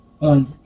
on